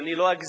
אני לא אגזים